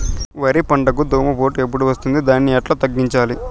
వరి పంటకు దోమపోటు ఎప్పుడు వస్తుంది దాన్ని ఎట్లా తగ్గించాలి?